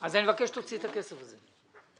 אני מבקש שתוציא את הכסף הזה.